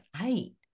eight